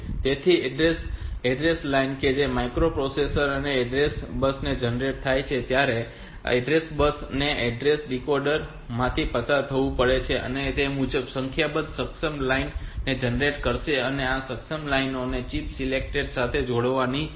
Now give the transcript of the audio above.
તેથી address line કે જે માઇક્રોપ્રોસેસર થી એડ્રેસ બસ જનરેટ થાય છે ત્યારે આ એડ્રેસ બસ ને એડ્રેસ ડીકોડર માંથી પસાર થવું પડે છે અને તે મુજબ તે સંખ્યાબંધ સક્ષમ લાઇન્સ જનરેટ કરશે અને આ સક્ષમ લાઇનો ને ચિપ સિલેક્ટ સાથે જોડવાની છે